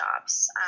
jobs